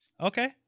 Okay